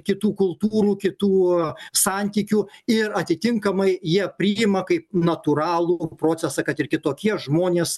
kitų kultūrų kitų santykių ir atitinkamai jie priima kaip natūralų procesą kad ir kitokie žmonės